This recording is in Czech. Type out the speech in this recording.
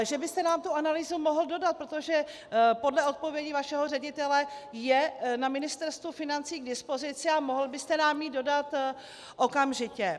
Že byste nám tu analýzu mohl dodat, protože podle odpovědi vašeho ředitele je na Ministerstvu financí k dispozici a mohl byste nám ji dodat okamžitě.